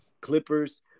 Clippers